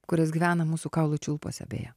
kuris gyvena mūsų kaulų čiulpuose beje